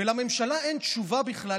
ולממשלה אין תשובה בכלל,